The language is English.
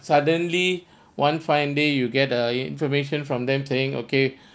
suddenly one fine day you get uh information from them saying okay